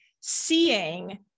seeing